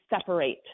separate